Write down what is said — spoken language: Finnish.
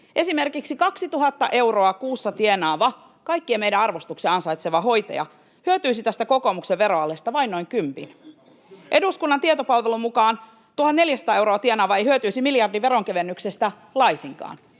Esimerkiksi 2 000 euroa kuussa tienaava, kaikkien meidän arvostuksen ansaitseva hoitaja hyötyisi tästä kokoomuksen veroalesta vain noin kympin. Eduskunnan tietopalvelun mukaan 1 400 euroa tienaava ei hyötyisi miljardin veronkevennyksestä laisinkaan.